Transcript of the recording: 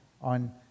on